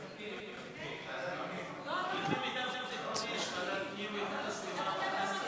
לפי מיטב זיכרוני, יש ועדת הפנים והגנת הסביבה.